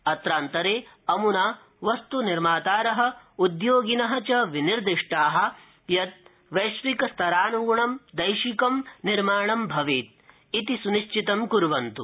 अत्रांतरे अमुना वस्त् निर्मातार उद्योगिन च विनिर्दिष्टा यत् वश्विक स्तरानग्गणं दर्शिकं निर्माणं भवेत् इति सुनिश्चितं कुर्वन्त्